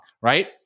right